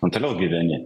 o toliau gyveni